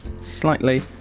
slightly